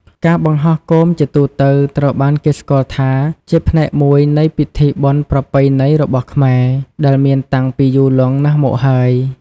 ការបង្ហោះគោមជាទូទៅត្រូវបានគេស្គាល់ថាជាផ្នែកមួយនៃពិធីបុណ្យប្រពៃណីរបស់ខ្មែរ ដែលមានតាំងពីយូរលង់មកហើយ។